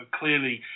clearly